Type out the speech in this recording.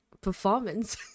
performance